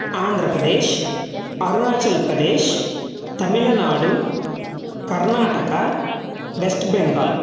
Andhra Pradesh Arunachal Pradesh Tamil Nadu Karnataka West Bengal